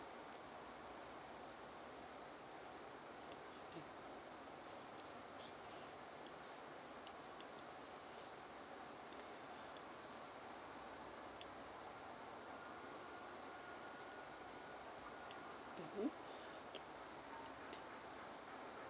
mm mmhmm